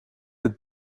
het